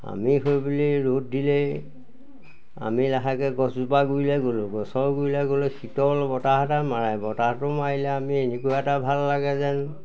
আমি সেই বুলি ৰ'দ দিলেই আমি লাহেকৈ গছজোপা গুৰিলৈ গ'লোঁ গছৰ গুৰিলৈ গ'লোঁ শীতল বতাহ এটা মাৰে বতাহটো মাৰিলে আমি এনেকুৱা এটা ভাল লাগে যেন